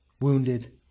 wounded